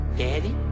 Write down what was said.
Daddy